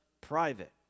private